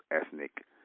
ethnic